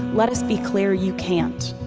let us be clear, you can't.